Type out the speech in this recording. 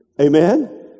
Amen